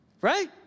Right